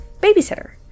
babysitter